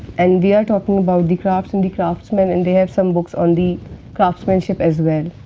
and we are talking about the crafts and the craftsman and they have some books on the craftsmanship as well.